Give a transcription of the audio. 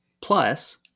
Plus